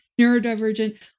neurodivergent